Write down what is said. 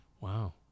Wow